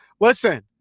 Listen